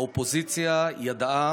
האופוזיציה ידעה